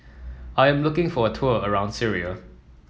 I am looking for a tour around Syria